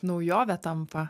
naujove tampa